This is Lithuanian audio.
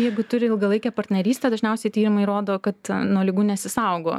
jeigu turi ilgalaikę partnerystę dažniausiai tyrimai rodo kad nuo ligų nesisaugo